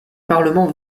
parlement